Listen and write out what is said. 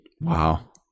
Wow